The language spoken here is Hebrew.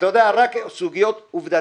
הגברת לידך מי זאת?